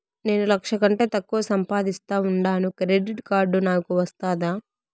నేను లక్ష కంటే తక్కువ సంపాదిస్తా ఉండాను క్రెడిట్ కార్డు నాకు వస్తాదా